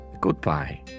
Goodbye